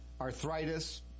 arthritis